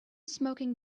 smoking